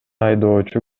айдоочу